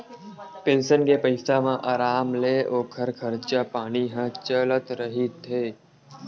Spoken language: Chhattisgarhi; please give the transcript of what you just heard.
पेंसन के पइसा म अराम ले ओखर खरचा पानी ह चलत रहिथे